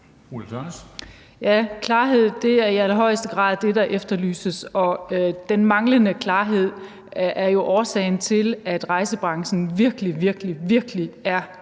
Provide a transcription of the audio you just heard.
klarhed er i allerhøjeste grad det, der efterlyses. Den manglende klarhed er jo årsagen til, at rejsebranchen virkelig, virkelig er